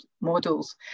models